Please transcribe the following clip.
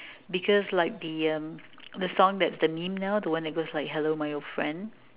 because like the um the song that's the meme now the one that goes like hello my old friend